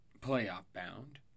playoff-bound